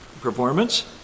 performance